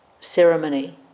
ceremony